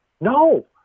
No